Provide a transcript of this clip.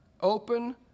open